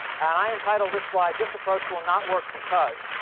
and i entitled this slide, this approach will not work because.